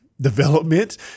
development